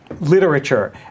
literature